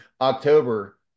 October